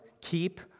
keep